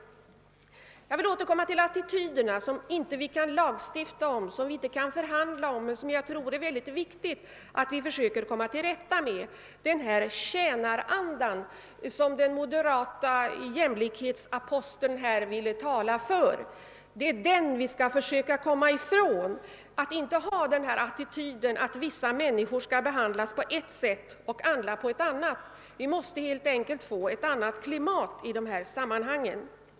Jag vill återkomma till attityderna som vi inte kan lagstifta om, som vi inte kan förhandla om men som jag tror det är mycket viktigt att vi försöker komma till rätta med. Det är den tjänaranda som den moderata jämlikhetsaposteln ville tala för som vi skall försöka komma ifrån — vi skall inte ha denna attityd att vissa människor skall behandlas på ett sätt och andra på ett annat sätt. Vi måste helt enkelt få ett annat klimat härvidlag.